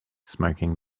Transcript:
smoking